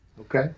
Okay